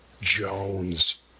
Jones